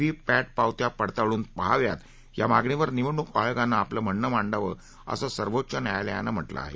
V पॅट पावत्या पडताळून पाहाव्यात या मागणीवर निवडणूक आयोगानं आपलं म्हणणं मांडावं असं सर्वोच्च न्यायालयानं म्हटलं आहे